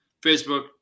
facebook